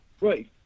right